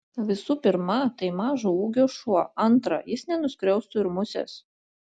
visų pirma tai mažo ūgio šuo antra jis nenuskriaustų ir musės